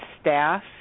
staff